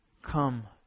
come